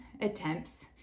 attempts